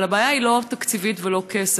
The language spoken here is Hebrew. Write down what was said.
אבל הבעיה היא לא תקציבית ולא כסף,